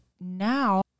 now